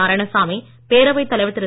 நாராயணசாமி பேரவைத் தலைவர் திரு